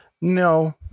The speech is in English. no